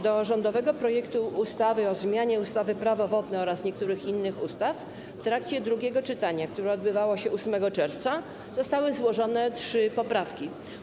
Do rządowego projektu ustawy o zmianie ustawy - Prawo wodne oraz niektórych innych ustaw w trakcie drugiego czytania, które odbyło się 8 czerwca, zostały złożone trzy poprawki.